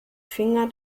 finger